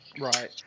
right